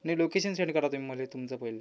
नाही location send करा तुम्ही मला तुमचं पहिले